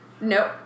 Nope